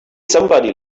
somebody